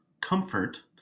comfort